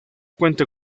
cuenta